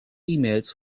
emails